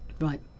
Right